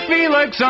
Felix